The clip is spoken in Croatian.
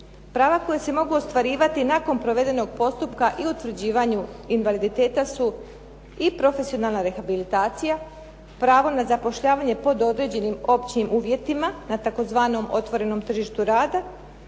prava koja se mogu ostvarivati nakon provedenog postupka i utvrđivanju invaliditeta su i profesionalna rehabilitacija, pravo na zapošljavanje pod određenim općim uvjetima na tzv. otvorenom tržištu rada,